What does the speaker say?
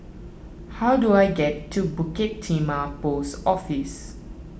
how do I get to Bukit Timah Post Office